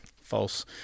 false